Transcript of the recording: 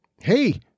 hey